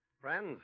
Friends